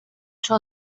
czy